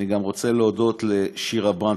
אני גם רוצה להודות לשירה ברנד,